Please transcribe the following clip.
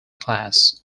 class